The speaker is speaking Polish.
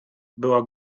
była